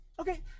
Okay